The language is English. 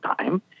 time